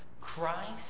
Christ